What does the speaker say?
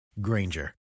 Granger